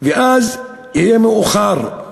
ואז יהיה מאוחר.